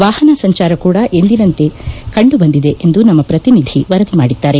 ವಾಪನ ಸಂಚಾರ ಕೂಡ ಎಂದಿನಂತೆ ಕಂಡು ಬಂದಿದೆ ಎಂದು ನಮ್ಮ ಪ್ರತಿನಿಧಿ ವರದಿ ಮಾಡಿದ್ದಾರೆ